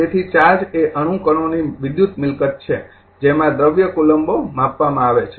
તેથી ચાર્જ એ અણુ કણોની ઇલેક્ટ્રિકલ મિલકત છે જેમાં દ્રવ્યકુલોમ્બમાં માપવામાં આવે છે